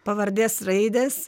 pavardės raidės